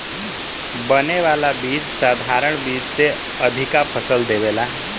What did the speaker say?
बने वाला बीज साधारण बीज से अधिका फसल देवेला